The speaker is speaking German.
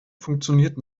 funktioniert